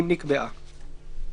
אם נקבעה.